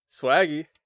Swaggy